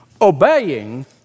Obeying